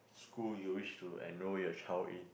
school you wish to enrol your child in